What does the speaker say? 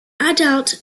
adult